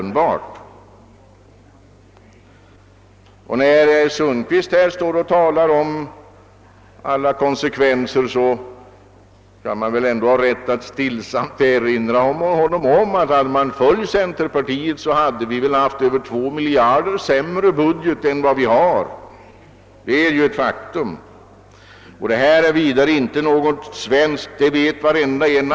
När herr Sundkvist står och talar om alla konsekvenser kan man väl ändå ha rätt att stillsamt erinra honom om att hade man följt centerpartiet skulle vi väl haft en över 2 miljarder kronor sämre budget än nu. Det är ett faktum. Vidare är det som vi här talar om inte någon typiskt svensk företeelse.